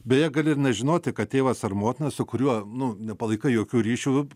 beje gali ir nežinoti kad tėvas ar motina su kuriuo nu nepalaikai jokių ryšių